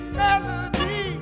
melody